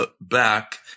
back